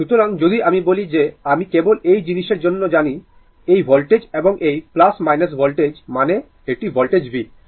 সুতরাং যদি আমি বলি যে আমি কেবল এই জিনিসের জন্য জানি এই ভোল্টেজ এবং এই ভোল্টেজ মানে এটি ভোল্টেজ v